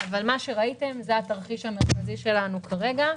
אבל מה שראיתם זה התרחיש המרכזי שלנו כרגע.